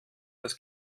das